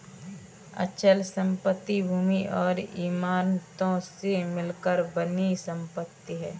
अचल संपत्ति भूमि और इमारतों से मिलकर बनी संपत्ति है